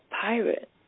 pirate